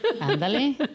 Ándale